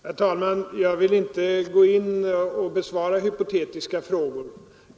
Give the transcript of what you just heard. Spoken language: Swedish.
Herr talman! Jag vill inte besvara hypotetiska frågor.